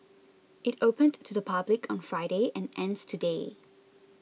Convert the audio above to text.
it opened to the public on Friday and ends today